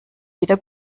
wieder